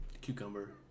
Cucumber